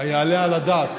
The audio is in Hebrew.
היעלה על הדעת?